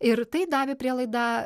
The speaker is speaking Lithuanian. ir tai davė prielaidą